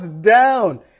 down